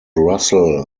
russell